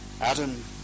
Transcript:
Adam